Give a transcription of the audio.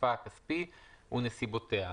היקפה הכספי ונסיבותיה.